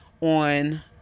on